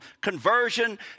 conversion